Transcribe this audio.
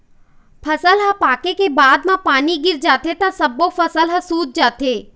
फसल ह पाके के बाद म पानी गिर जाथे त सब्बो फसल ह सूत जाथे